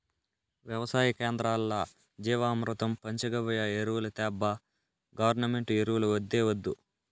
వెవసాయ కేంద్రాల్ల జీవామృతం పంచగవ్య ఎరువులు తేబ్బా గవర్నమెంటు ఎరువులు వద్దే వద్దు